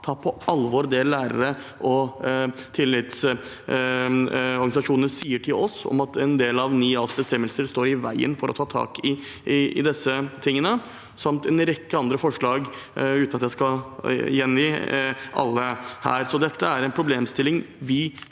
ta på alvor det lærere og tillitsvalgte i organisasjonene sier til oss om at en del av bestemmelsene i 9 a står i veien for å ta tak i disse tingene – samt en rekke andre forslag, uten at jeg skal gjengi alle her. Dette er en problemstilling vi